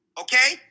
Okay